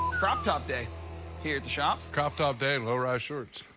crop top day here at the shop. crop top day and low rider shorts.